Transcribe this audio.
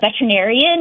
veterinarian